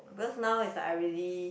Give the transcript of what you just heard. because now is like already